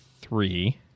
three